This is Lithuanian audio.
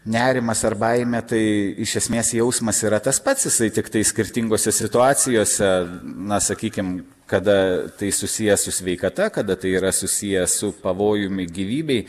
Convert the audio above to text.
nerimas ar baimė tai iš esmės jausmas yra tas pats jisai tiktai skirtingose situacijose na sakykim kada tai susiję su sveikata kada tai yra susiję su pavojumi gyvybei